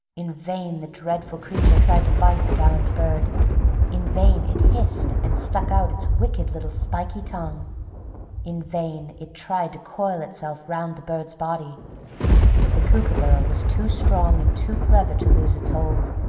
in vain the dreadful creature tried to bite the gallant bird in vain it hissed and stuck out its wicked little spiky tongue in vain it tried to coil itself round the bird's body the kookooburra was too strong and too clever to lose its hold,